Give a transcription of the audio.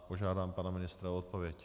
Požádám pana ministra o odpověď.